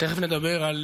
ותכף נדבר על